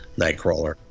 nightcrawler